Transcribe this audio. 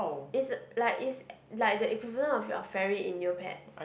is like is like the equivalent of your fairy in Neopets